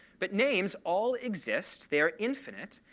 but names all exist. they're infinite.